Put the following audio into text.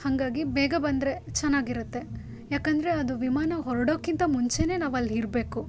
ಹಾಗಾಗಿ ಬೇಗ ಬಂದರೆ ಚೆನ್ನಾಗಿರುತ್ತೆ ಯಾಕಂದರೆ ಅದು ವಿಮಾನ ಹೊರ್ಡೋಕ್ಕಿಂತ ಮುಂಚೆನೇ ನಾವು ಅಲ್ಲಿ ಇರ್ಬೇಕು